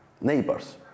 neighbors